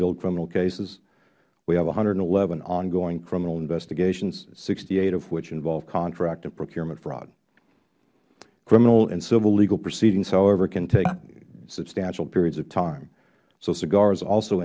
build criminal cases we have one hundred and eleven ongoing criminal investigations sixty eight of which involve contract and procurement fraud criminal and civil legal proceedings however can take substantial periods of time so sigar has also